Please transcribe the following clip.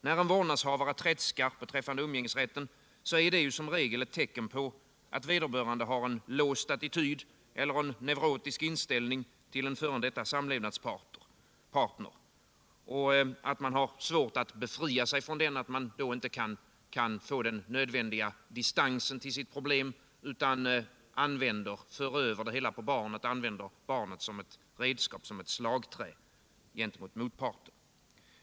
När en vårdnadshavare tredskar beträffande umgängesrätten är det som regel ett tecken på att vederbörande har en låst attityd eller en neurotisk inställning till den f. d. samlevnadspartnern, att han eller hon har svårt att befria sig från denne och inte kan få den nödvändiga distansen till ett problem utan använder barnet som slagträ gentemot motparten.